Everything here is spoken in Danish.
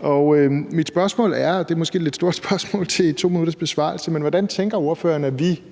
og mit spørgsmål er, og det er måske et lidt stort spørgsmål til 2 minutters besvarelse: Hvad tænker ordføreren at vi